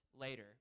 later